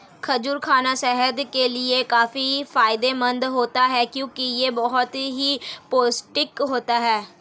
खजूर खाना सेहत के लिए काफी फायदेमंद होता है क्योंकि यह बहुत ही पौष्टिक होता है